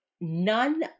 none